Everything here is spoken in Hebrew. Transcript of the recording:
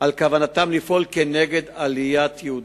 על כוונתם לפעול נגד עליית יהודים,